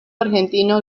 argentino